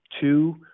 two